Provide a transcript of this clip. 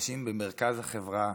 אנשים במרכז החברה,